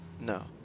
No